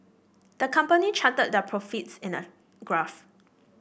the company charted their profits in a graph